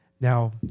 Now